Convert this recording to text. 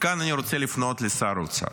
וכאן אני רוצה לפנות לשר האוצר.